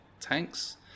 tanks